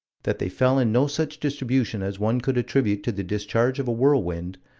that they fell in no such distribution as one could attribute to the discharge of a whirlwind,